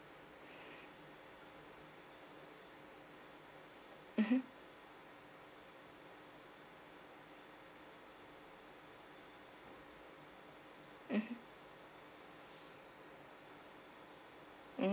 mmhmm mmhmm mm